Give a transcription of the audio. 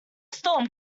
storm